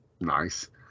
nice